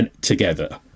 together